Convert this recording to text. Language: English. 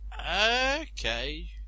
Okay